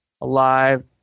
alive